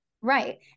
Right